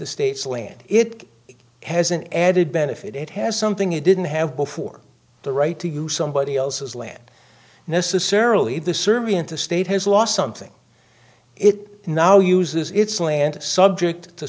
into states land it has an added benefit it has something you didn't have before the right to use somebody else's land necessarily the serbian the state has lost something it now uses its land subject to